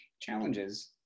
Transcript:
challenges